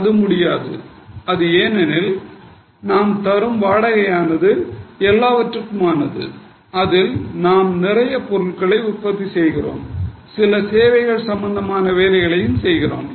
அது முடியாது ஏனென்றால் நாம் தரும் வாடகையானது எல்லாவற்றுக்கும் ஆனது அதில் நாம் நிறைய பொருட்களை உற்பத்தி செய்கிறோம் சில சேவை சம்பந்தமான வேலைகளையும் செய்கிறோம்